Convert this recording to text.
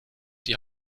die